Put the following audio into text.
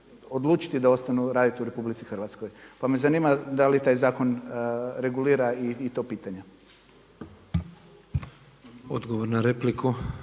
odlučiti da ostanu raditi u RH. Pa me zanima da li taj zakon regulira i to pitanje? **Petrov, Božo